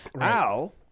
Al